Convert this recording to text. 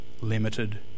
limited